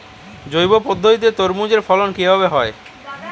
জৈব পদ্ধতিতে তরমুজের ফলন কিভাবে হয়?